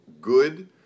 good